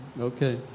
Okay